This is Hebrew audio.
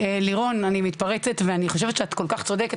לירון, אני חושבת שאת כל כך צודקת.